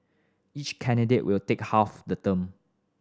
each candidate will take half the term